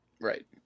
Right